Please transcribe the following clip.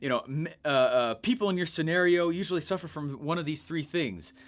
you know um ah people in your scenario usually suffer from one of these three things.